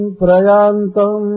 prayantam